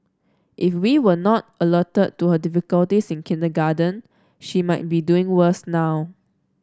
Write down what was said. if we were not alerted to her difficulties in kindergarten she might be doing worse now